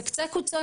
זה קצה קוצו.